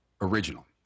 original